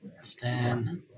Stan